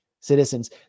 citizens